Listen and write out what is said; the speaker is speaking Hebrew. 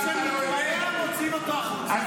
מי שמתפרע, מוציאים אותו החוצה, ככה זה.